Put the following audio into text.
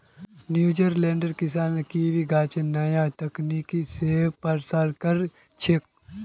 न्यूजीलैंडेर किसान कीवी गाछेर नया तकनीक स प्रसार कर छेक